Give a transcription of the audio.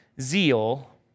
zeal